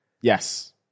Yes